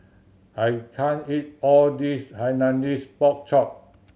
I can't eat all this Hainanese Pork Chop